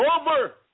over